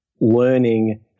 learning